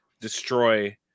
destroy